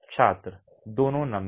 छात्र दोनों नमी